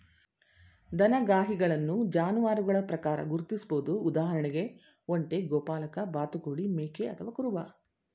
ದನಗಾಹಿಗಳನ್ನು ಜಾನುವಾರುಗಳ ಪ್ರಕಾರ ಗುರ್ತಿಸ್ಬೋದು ಉದಾಹರಣೆಗೆ ಒಂಟೆ ಗೋಪಾಲಕ ಬಾತುಕೋಳಿ ಮೇಕೆ ಅಥವಾ ಕುರುಬ